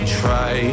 try